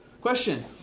Question